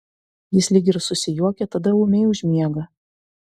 jis lyg ir susijuokia tada ūmiai užmiega